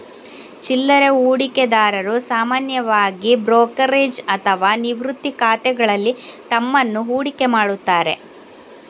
ಚಿಲ್ಲರೆ ಹೂಡಿಕೆದಾರರು ಸಾಮಾನ್ಯವಾಗಿ ಬ್ರೋಕರೇಜ್ ಅಥವಾ ನಿವೃತ್ತಿ ಖಾತೆಗಳಲ್ಲಿ ತಮ್ಮನ್ನು ಹೂಡಿಕೆ ಮಾಡುತ್ತಾರೆ